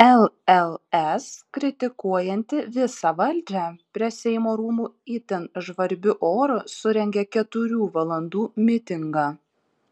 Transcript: lls kritikuojanti visą valdžią prie seimo rūmų itin žvarbiu oru surengė keturių valandų mitingą